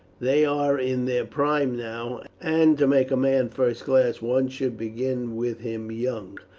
they are in their prime now and to make a man first class, one should begin with him young.